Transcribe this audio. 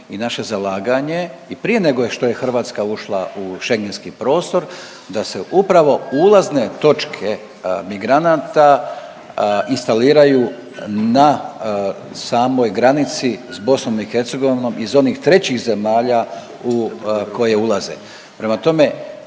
i naše zalaganje i prije nego je Hrvatska ušla u Schengenski prostor da se upravo ulazne točke migranata instaliraju na samoj granici s BIH iz onih trećih zemalja u koje ulaze. Prema tome